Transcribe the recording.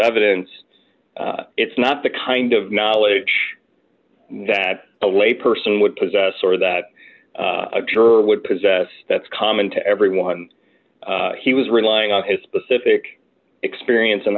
evidence it's not the kind of knowledge that a layperson would possess or that a juror would possess that's common to everyone he was relying on his specific experience and